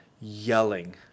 yelling